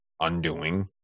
undoing